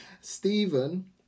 Stephen